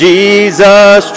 Jesus